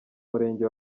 murenge